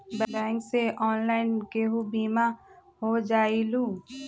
Bank से online केहु बिमा हो जाईलु?